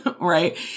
Right